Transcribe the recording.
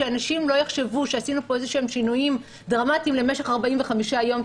שאנשים לא יחשבו שעשינו פה איזשהם שינויים דרמטיים למשך 45 יום.